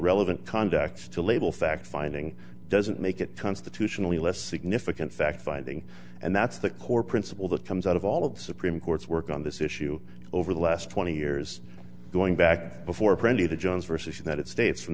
relevant contacts to label fact finding doesn't make it constitutionally less significant fact finding and that's the core principle that comes out of all of the supreme court's work on this issue over the last twenty years going back before printing the jones versus united states from